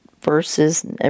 verses